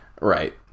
right